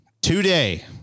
today